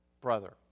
brother